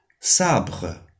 Sabre